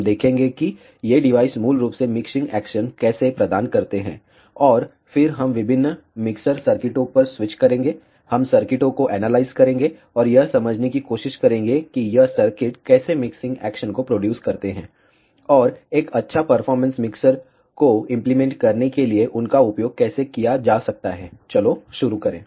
हम देखेंगे कि ये डिवाइस मूल रूप से मिक्सिंग एक्शन कैसे प्रदान करते हैं और फिर हम विभिन्न मिक्सर सर्किटों पर स्विच करेंगे हम सर्किटों को एनालाइज करेंगे और यह समझने की कोशिश करेंगे कि यह सर्किट कैसे मिक्सिंग एक्शन को प्रोड्युस करते हैं और एक अच्छा परफॉरमेंस मिक्सर को इंप्लीमेंट करने के लिए उनका उपयोग कैसे किया जा सकता है चलो शुरू करें